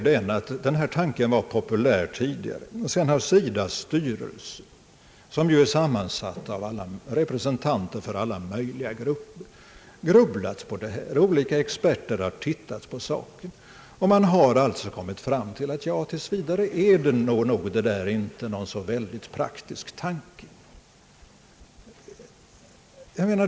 Den här tanken var populär tidigare. Sedan har SIDA:s styrelse, som ju är sammansatt av representanter för alla möjliga grupper, grubblat på detta. Olika experter har tittat på saken, och man har alliså kommit fram till uppfattningen att det tills vidare inte är. någon särskilt praktisk tanke.